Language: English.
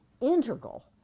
integral